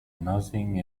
nothing